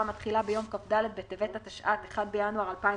המתחילה ביום כ"ד בטבת התשע"ט (1 בינואר 2019)